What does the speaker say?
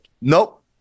Nope